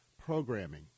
programming